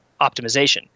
optimization